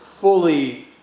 fully